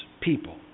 people